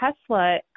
Tesla